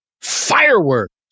fireworks